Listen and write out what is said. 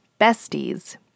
besties